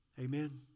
Amen